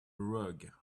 rug